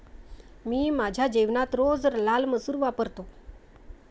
मी माझ्या जेवणात रोज लाल मसूर वापरतो